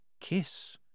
kiss